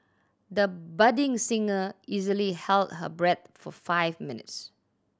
the budding singer easily held her breath for five minutes